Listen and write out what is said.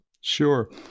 Sure